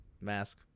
mask